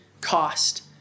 cost